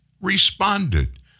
responded